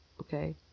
okay